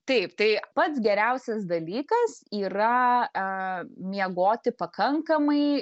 taip tai pats geriausias dalykas yra miegoti pakankamai